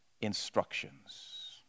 instructions